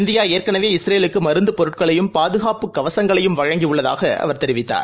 இந்தியாஏற்கனவே இஸ்ரேலுக்குமருந்துபொருட்களையும் பாதுகாப்பு கவசங்களையும் வழங்கியுள்ளதானஅவர் தெரிவித்தார்